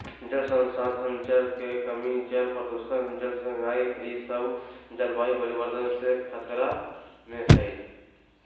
जल संसाधन, जल के कमी, जल प्रदूषण, जल संघर्ष ई सब जलवायु परिवर्तन से खतरा में हइ